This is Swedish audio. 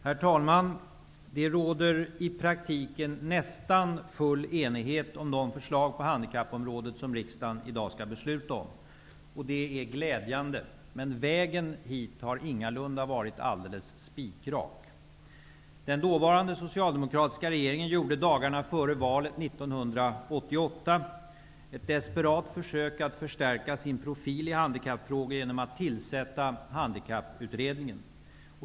Herr talman. Det råder i praktiken nästan full enighet om de förslag på handikappområdet som riksdagen i dag skall besluta om. Det är glädjande. Men vägen hit har ingalunda varit alldeles spikrak. Den dåvarande socialdemokratiska regeringen gjorde dagarna före valet 1988 ett desperat försök att förstärka sin profil i handikappfrågor genom att tillsätta Handikapputredningen.